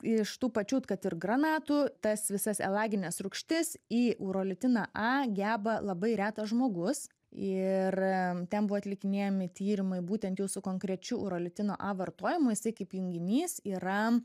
iš tų pačių kad ir granatų tas visas elagines rūgštis į urolitiną a geba labai retas žmogus ir ten buvo atlikinėjami tyrimai būtent jau su konkrečiu urolitino a vartojimu jisai kaip junginys yra